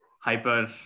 hyper